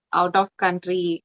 out-of-country